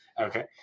Okay